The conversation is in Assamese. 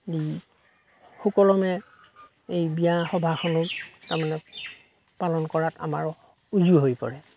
দি সুকলমে এই বিয়া সভাখনো তাৰ মানে পালন কৰাত আমাৰ উজু হৈ পৰে